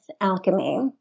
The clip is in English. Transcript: alchemy